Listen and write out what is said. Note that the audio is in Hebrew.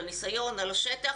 על הניסיון ועל השטח.